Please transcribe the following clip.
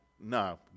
no